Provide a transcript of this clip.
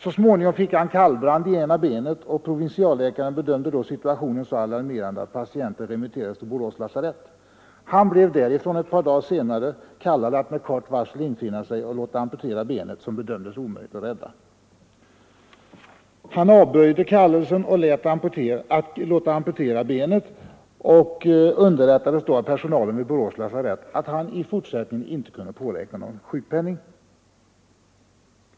Så småningom fick han kallbrand i ena benet. Provinsialläkaren bedömde då situationen som så alarmerande att patienten remitterades till Borås lasarett. Han blev därifrån ett par dagar senare kallad att med kort varsel infinna sig för att låta amputera benet, som det bedömdes omöjligt att rädda. Han avböjde kallelsen till amputation av benet och underrättades då av personalen vid Borås lasarett att han i fortsättningen inte kunde påräkna någon sjukpenning.